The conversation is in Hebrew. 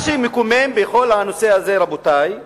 מה שמקומם בכל הנושא הזה, רבותי,